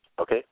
Okay